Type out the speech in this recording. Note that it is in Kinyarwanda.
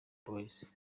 boys